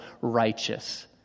righteous